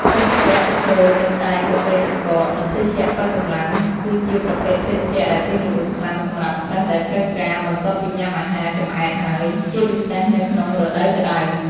ភេសជ្ជៈ ទឹកក្រូច ទឹកតែ កាហ្វេទឹកកក និងភេសជ្ជៈប៉ូវកម្លាំង គឺជាប្រភេទភេសជ្ជៈដែលពេញនិយមខ្លាំងសម្រាប់សិស្សដែលត្រូវការ បន្ទាប់ពីញុាំអាហារចម្អែតហើយ ជាពិសេសនៅក្នុងរដូវក្តៅ។